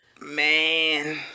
Man